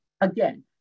again